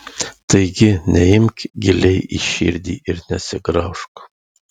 taigi neimk giliai į širdį ir nesigraužk